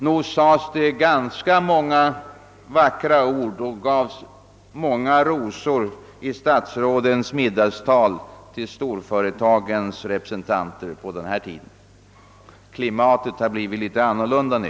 Nog sades det ganska många vackra ord och nog gavs det ganska många rosor till storföretagens representanter i statsrådens middagstal. Klimatet är ett annat nu.